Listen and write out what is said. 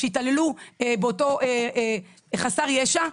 שהתעללו באותו חסר ישע.